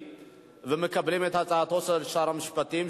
מסכימים ומקבלים את הצעתו של שר המשפטים,